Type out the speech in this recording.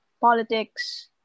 politics